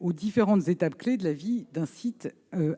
aux différentes étapes de la vie d'un site